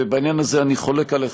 ובעניין הזה אני חולק עליך,